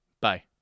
Bye